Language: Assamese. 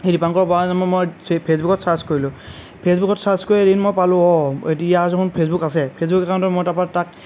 সেই দিপাংকৰ বৰা নামৰ মই ফেচবুকত ছাৰ্চ কৰিলোঁ ফেচবুকত ছাৰ্চ কৰি এদিন মই পালোঁ অ' এইটো ইয়াৰ দেখুন ফেচবুক আছে ফেচবুক একাউণ্টৰ পৰা মই তাৰ পৰা তাক